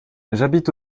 j’habite